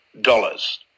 dollars